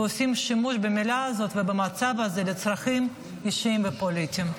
ועושים שימוש במילה הזאת ובמצב הזה לצרכים אישיים ופוליטיים.